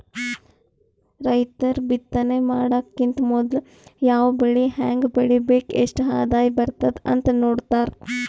ರೈತರ್ ಬಿತ್ತನೆ ಮಾಡಕ್ಕಿಂತ್ ಮೊದ್ಲ ಯಾವ್ ಬೆಳಿ ಹೆಂಗ್ ಬೆಳಿಬೇಕ್ ಎಷ್ಟ್ ಆದಾಯ್ ಬರ್ತದ್ ಅಂತ್ ನೋಡ್ತಾರ್